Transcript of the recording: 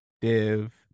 div